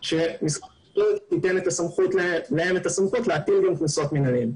שמשרד החקלאות ייתן להם את הסמכות להטיל גם קנסות מינהלים.